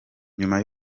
nyuma